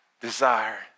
desire